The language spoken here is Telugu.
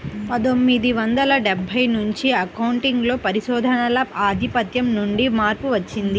పందొమ్మిది వందల డెబ్బై నుంచి అకౌంటింగ్ లో పరిశోధనల ఆధిపత్యం నుండి మార్పు వచ్చింది